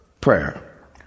prayer